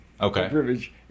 Okay